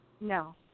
No